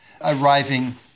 arriving